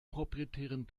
proprietären